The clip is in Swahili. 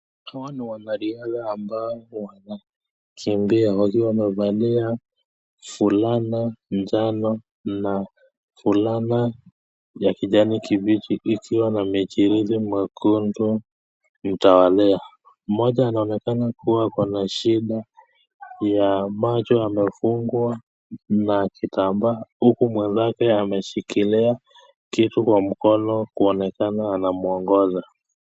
Hawa ni wanariadha ambao wanaokimbia wakiwa wamevaa fulana njano na fulana ya kijani kibichi ikiwa na michirizi mekundu mtawalia. Mmoja anaonekana kuwa ako na shida ya macho amefungwa na kitambaa huku mwenzake ameshikilia kitu kwa mkono kuonekana anamwongoza.